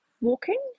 walking